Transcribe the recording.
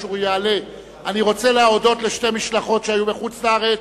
אני רוצה להודות לשתי משלחות שהיו בחוץ-לארץ.